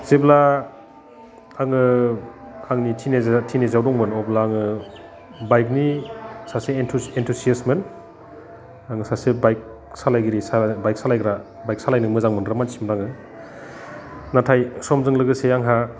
जेब्ला आङो आंनि टिनेजआव दंमोन अब्ला आङो बाइकनि सासे एन्थुसियास्टमोन आं सासे बाइक सालायगिरि बाइक सालायग्रा बाइक सालायनो मोजां मोनग्रा मानसिमोन आङो नाथाय समजों लोगोसे आंहा